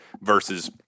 versus